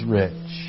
rich